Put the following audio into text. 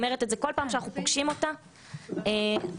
18.אריזה של קנאביס אריזה של מוצר קנאביס לצרכים